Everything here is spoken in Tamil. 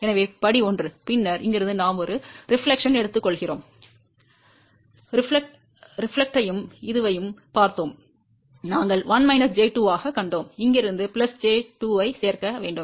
எனவே படி 1 பின்னர் இங்கிருந்து நாம் ஒரு பிரதிபலிப்பை எடுத்துக்கொள்கிறோம் பிரதிபலிப்பையும் இதுவையும் பார்த்தோம் நாங்கள் 1 j 2 ஆகக் கண்டோம் இங்கிருந்து j 2 ஐ சேர்க்க வேண்டும்